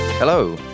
Hello